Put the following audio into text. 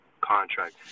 contract